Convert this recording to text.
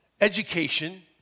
education